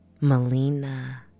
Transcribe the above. Melina